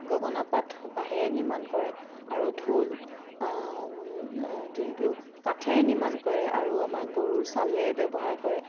গগনাপাত বাঁহৰে নিৰ্মাণ কৰে আৰু ঢোল যোনটো কাঠেৰে নিৰ্মাণ কৰে আৰু আমাৰ গৰুৰ চালেৰে ব্যৱহাৰ কৰে